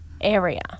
area